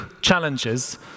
challenges